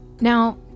Now